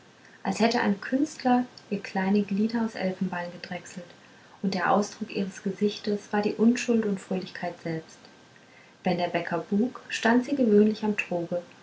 als hätte ein künstler ihr kleine glieder aus elfenbein gedrechselt und der ausdruck ihres gesichtes war die unschuld und fröhlichkeit selbst wenn der bäcker buk stand sie gewöhnlich am